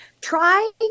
Try